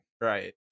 Right